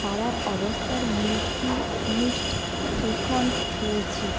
খারাপ অবস্থার milky mist shrikhand পেয়েছি